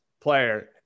Player